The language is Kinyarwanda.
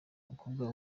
umukobwa